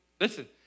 Listen